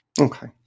Okay